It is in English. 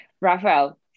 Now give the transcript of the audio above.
rafael